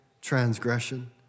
transgression